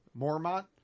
Mormont